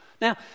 Now